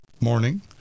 morning